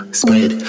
spread